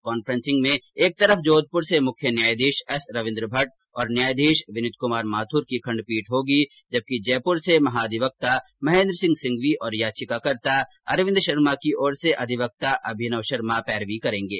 conferencing में एक तरफ जोधप्र से मुख्य न्यायाधीश एस रविंद्र भट्ट और न्यायाधीश विनितकुमार माथुर की खंडपीठ होगी जबकि जयपुर से महाधिवक्ता महेन्द्रसिंह सिंघवी और याचिकाकर्ता अरविंद शर्मा की ओर से अधिवक्ता अभिनव शर्मा पैरवी करेंगे